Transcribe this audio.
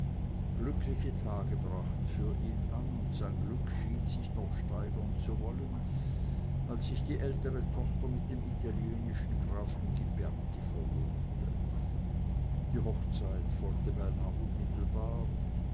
glückliche tage brachen für ihn an und sein glück schien sich noch steigern zu sollen als sich die ältere tochter mit dem italienischen grafen ghiberti verlobte die hochzeit folgte beinah unmittelbar